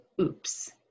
oops